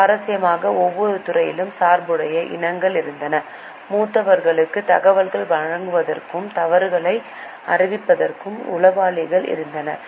சுவாரஸ்யமாக ஒவ்வொரு துறையிலும் சார்புடைய இனங்கள் இருந்தன மூத்தவர்களுக்கு தகவல்களை வழங்குவதற்கும் தவறுகளை அறிவிப்பதற்கும் உளவாளிகள் இருந்தனர்